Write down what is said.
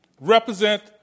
represent